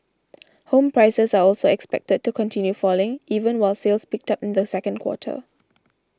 home prices are also expected to continue falling even while sales picked up in the second quarter